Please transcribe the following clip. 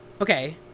Okay